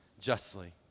justly